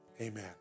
amen